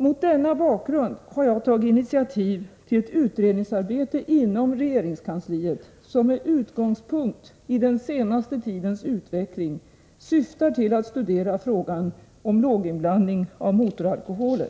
Mot denna bakgrund har jag tagit initiativ till ett utredningsarbete inom regeringskansliet som med utgångspunkt i den senaste tidens utveckling syftar till att studera frågan om låginblandning av motoralkoholer.